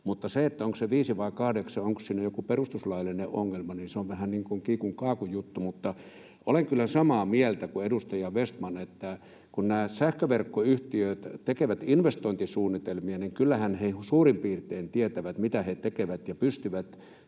Se, onko se 5 vai 8 ja onko siinä joku perustuslaillinen ongelma, on vähän niin kuin kiikun kaakun ‑juttu, mutta olen kyllä samaa mieltä kuin edustaja Vestman, että kun nämä sähköverkkoyhtiöt tekevät investointisuunnitelmia, niin kyllähän he suurin piirtein tietävät, mitä he tekevät, ja pystyvät